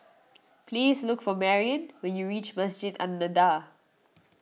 please look for Marion when you reach Masjid An Nahdhah